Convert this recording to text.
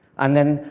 and then,